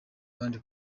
abandi